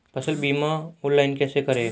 फसल बीमा ऑनलाइन कैसे करें?